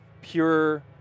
pure